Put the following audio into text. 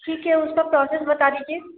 ठीक है उसका प्रौसेस बता दीजिए